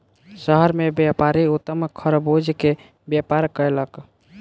शहर मे व्यापारी उत्तम खरबूजा के व्यापार कयलक